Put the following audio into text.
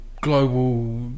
global